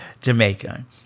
Jamaica